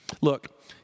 Look